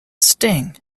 sting